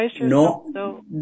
no